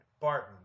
Barton